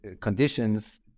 conditions